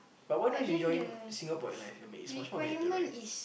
but why don't you join Singapore-Airline I mean it's much more better right